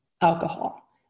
alcohol